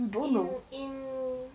in in